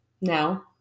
No